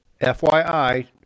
FYI